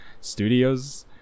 studios